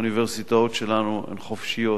האוניברסיטאות שלנו חופשיות,